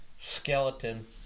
skeleton